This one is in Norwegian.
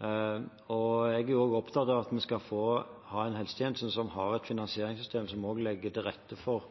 Jeg er også opptatt av at vi skal ha en helsetjeneste som har et finansieringssystem som legger til rette for